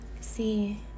see